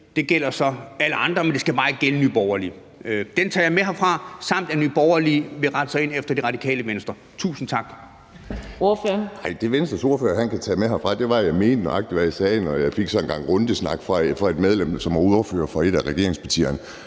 gælder så alle andre, men det skal bare ikke gælde Nye Borgerlige. Den tager jeg med herfra, samt at Nye Borgerlige vil rette sig ind efter Radikale Venstre. Tusind tak.